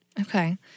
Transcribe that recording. Okay